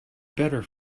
better